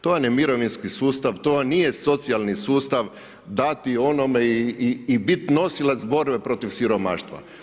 To vam je mirovinski sustav, to nije socijalni sustav, dati onome i biti nosilac borbe protiv siromaštva.